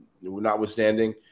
notwithstanding